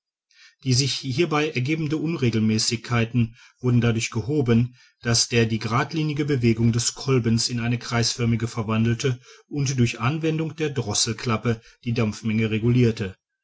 die sich hierbei ergebenden unregelmäßigkeiten wurden dadurch gehoben daß er die gradlinige bewegung des kolbens in eine kreisförmige verwandelte und durch anwendung der drosselklappe die dampfmenge regulirte